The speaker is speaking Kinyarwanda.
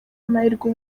amahirwe